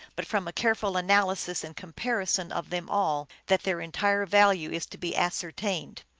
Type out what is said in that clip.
but from a careful analysis and comparison of them all, that their entire value is to be as certained.